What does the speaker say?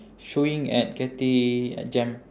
showing at cathay at jem